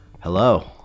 hello